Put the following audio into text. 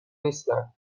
نیستند